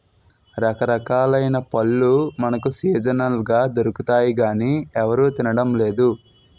రకరకాలైన పళ్ళు మనకు సీజనల్ గా దొరుకుతాయి గానీ ఎవరూ తినడం లేదు